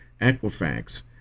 Equifax